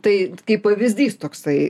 tai kaip pavyzdys toksai